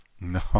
No